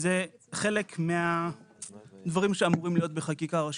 זה חלק מהדברים שאמורים להיות בחקיקה ראשית.